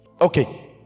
Okay